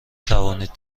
توانید